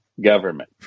government